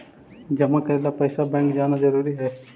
जमा करे ला पैसा बैंक जाना जरूरी है?